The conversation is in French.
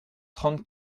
trente